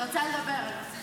אדוני היושב-ראש,